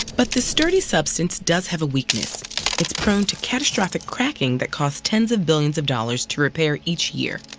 but this sturdy substance does have a weakness it's prone to catastrophic cracking that costs tens of billions of dollars to repair each year.